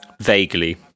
Vaguely